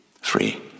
Free